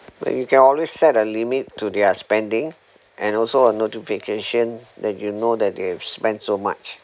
but you can always set a limit to their spending and also a notification that you know that they have spent so much